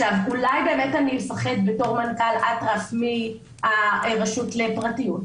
אולי באמת אני אפחד בתור מנכ"ל אטרף מהרשות לפרטיות?